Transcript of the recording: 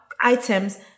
items